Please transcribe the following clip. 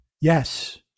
Yes